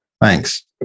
Thanks